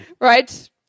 Right